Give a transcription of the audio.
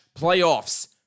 playoffs